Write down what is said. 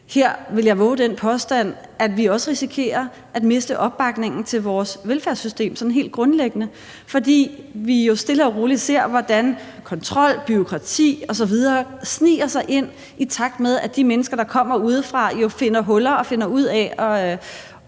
Her vil jeg vove den påstand, at vi også risikerer at miste opbakningen til vores velfærdssystem sådan helt grundlæggende, fordi vi jo stille og roligt ser, hvordan kontrol, bureaukrati osv. sniger sig ind, i takt med at de her mennesker, der kommer udefra, jo finder huller og finder ud af,